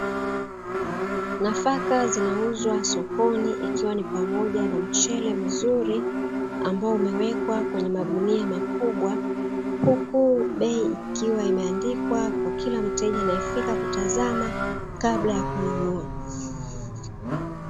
Nafaka zinauzwa sokoni ikiwa ni pamoja na mchele mzuri, ambao umewekwa kwenye magunia makubwa, huku bei ikiwa imeandikwa kwa kila mteja anayefika kutazama kabla ya kununua.